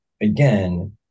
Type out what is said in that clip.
again